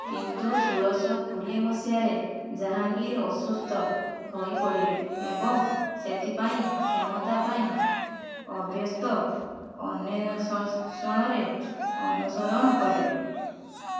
କିନ୍ତୁ ଷୋଳଶହ କୋଡ଼ିଏ ମସିହାରେ ଜାହାଙ୍ଗୀର୍ ଅସୁସ୍ଥ ହୋଇପଡ଼ିଲେ ଏବଂ ସେଥିପାଇଁ କ୍ଷମତା ପାଇଁ ଅଭ୍ୟସ୍ତ ଅନ୍ୱେଷଣର ଅନୁସରଣ କଲେ